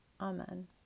Amen